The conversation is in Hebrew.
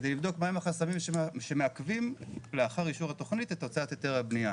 כדי לראות מהם החסמים שמעכבים לאחר אישור התכנית את הוצאת היתר הבנייה.